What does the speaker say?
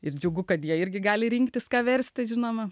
ir džiugu kad jie irgi gali rinktis ką versti žinoma